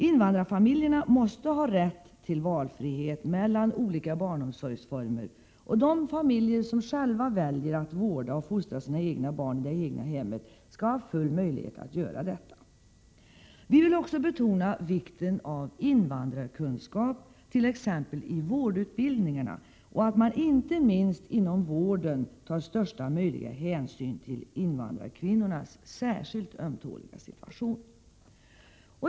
Invandrarfamiljerna måste ha rätt till valfrihet mellan olika barnomsorgsformer, och de familjer som själva väljer att vårda och fostra sina egna barn i det egna hemmet skall ha full möjlighet att göra detta. Vi vill också betona vikten av invandrarkunskap, t.ex. i vårdutbildningarna, och att man inte minst inom vården tar största möjliga hänsyn till invandrarkvinnornas särskilt ömtåliga situation.